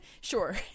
Sure